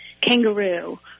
kangaroo